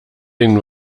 den